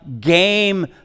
game